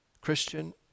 Christian